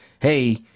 Hey